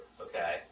Okay